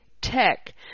tech